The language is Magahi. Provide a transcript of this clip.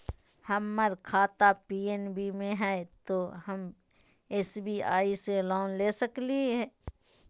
हमर खाता पी.एन.बी मे हय, तो एस.बी.आई से लोन ले सकलिए?